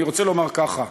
אני רוצה לומר ככה,